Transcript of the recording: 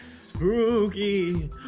Spooky